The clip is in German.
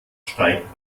steigt